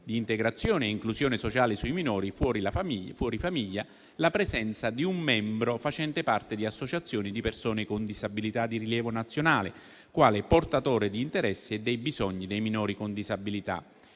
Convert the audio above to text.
di integrazione e inclusione sociale sui minori fuori famiglia, la presenza di un membro facente parte di associazioni di persone con disabilità di rilievo nazionale, quale portatore di interessi e dei bisogni dei minori con disabilità.